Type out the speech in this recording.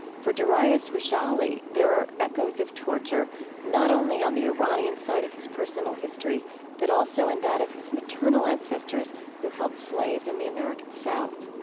for darius rejali, there are echoes of torture not only on the iranian side of his personal history but also in that of his maternal ancestors who held slaves in the american south